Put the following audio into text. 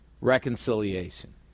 Reconciliation